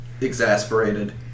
exasperated